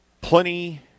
Plenty